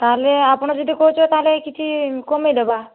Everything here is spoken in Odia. ତା'ହେଲେ ଆପଣ ଯଦି କହୁଛ ତାହେଲେ କିଛି କମେଇ ଦେବା